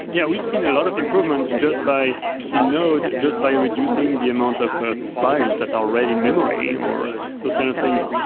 yeah we've seen a lot of improvements just by in node, just by reducing the amount of of files that i'll write in-memory or those kinds of things.